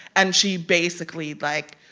and she basically, like,